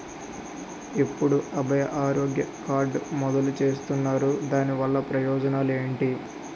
ఎప్పుడు అభయ ఆరోగ్య కార్డ్ మొదలు చేస్తున్నారు? దాని వల్ల ప్రయోజనాలు ఎంటి?